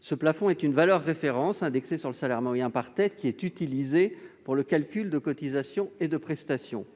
Ce plafond est une valeur de référence, indexée sur le salaire moyen par tête, et utilisée pour le calcul des cotisations et des prestations.